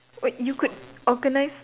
wait you could organise